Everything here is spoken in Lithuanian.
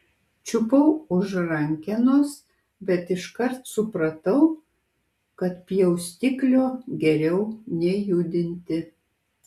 čiupau už rankenos bet iškart supratau kad pjaustiklio geriau nejudinti